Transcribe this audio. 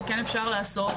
שכן אפשר לעשות